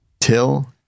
Till